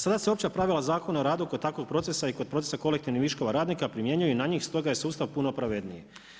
Sada se opća pravila Zakona o radu kod takvog procesa i kod procesa kolektivnog viškova radnika primjenjuju na njih stoga je sustav puno pravedniji.